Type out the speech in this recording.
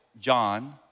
John